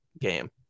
game